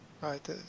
right